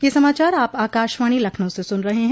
ब्रे क यह समाचार आप आकाशवाणी लखनऊ से सुन रहे हैं